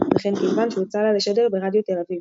וכן כיוון שהוצע לה לשדר ברדיו תל אביב.